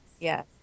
yes